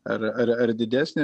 ar ar ar didesnė